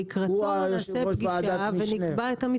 הוא יושב ראש ועדת המשנה.